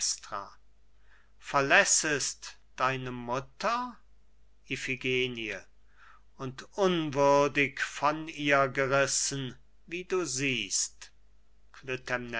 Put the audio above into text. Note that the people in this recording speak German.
klytämnestra verlässest deine mutter iphigenie und unwürdig von ihr gerissen wie du siehst